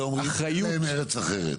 זה אומרים אין להם ארץ אחרת,